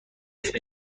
اسمت